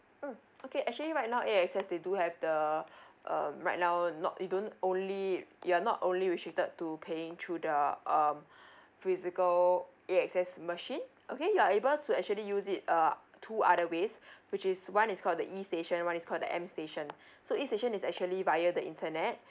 mm okay actually right now A_X_S they do have the um right now not you don't only you're not only restricted to paying through the um physical A_X_S machine okay you're able to actually use it uh two other ways which is one is called the E station one is called the M station so E station is actually via the internet